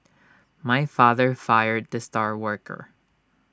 my father fired the star worker